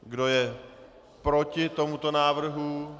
Kdo je proti tomuto návrhu?